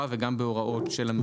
וגם בהוראות של הממונה על שוק ההון.